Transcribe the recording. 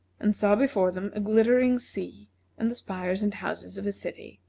and saw before them a glittering sea and the spires and houses of a city.